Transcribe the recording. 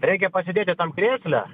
reikia pasėdėti krėsle